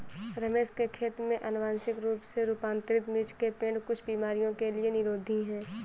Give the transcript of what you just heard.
रमेश के खेत में अनुवांशिक रूप से रूपांतरित मिर्च के पेड़ कुछ बीमारियों के लिए निरोधी हैं